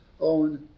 own